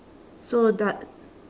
so